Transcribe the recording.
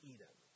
Eden